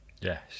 Yes